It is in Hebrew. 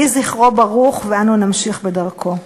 יהי זכרו ברוך, ואנחנו נמשיך בדרכו.